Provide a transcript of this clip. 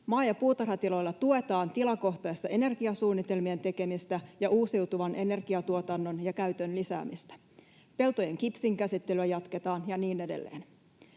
Maa- ja puutarhatiloilla tuetaan tilakohtaista energiasuunnitelmien tekemistä ja uusiutuvan energian tuotannon ja käytön lisäämistä. Peltojen kipsikäsittelyä jatketaan. Ja niin edelleen.